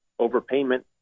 overpayment